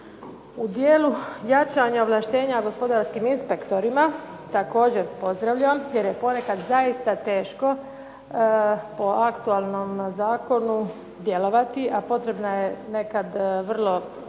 U dijelu jačanja ovlaštenja gospodarskim inspektorima također pozdravljam jer je ponekad zaista teško po aktualnom zakonu djelovati, a potrebna je nekad vrlo hitro